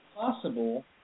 possible